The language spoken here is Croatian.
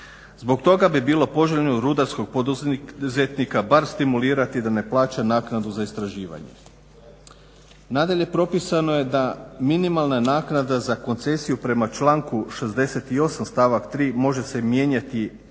Zbog toga bi bilo poželjno rudarskog poduzetnika bar stimulirati da ne plaća naknadu za istraživanje. Nadalje propisano je da minimalna naknada za koncesiju prema članku 68. stavak 3. može se mijenjati jednostranom